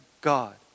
God